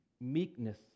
meekness